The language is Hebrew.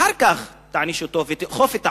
אחר כך תעניש אותו ותאכוף את החוק.